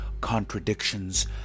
contradictions